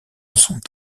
sont